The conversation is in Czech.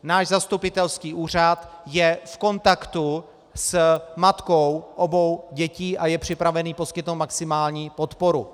Náš zastupitelský úřad je v kontaktu s matkou obou dětí a je připraven jí poskytnout maximální podporu.